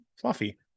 Fluffy